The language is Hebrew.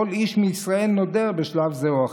כל איש מישראל נודר בשלב זה או אחר.